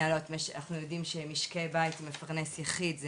אנחנו יודעים שמשקיי בית מפרנס יחיד,